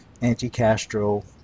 anti-Castro